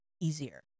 easier